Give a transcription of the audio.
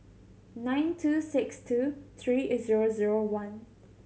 nine two six two three zero zero one